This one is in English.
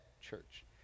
church